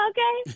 Okay